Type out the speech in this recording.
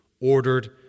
ordered